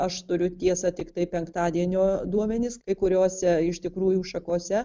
aš turiu tiesa tiktai penktadienio duomenis kai kuriose iš tikrųjų šakose